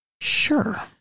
Sure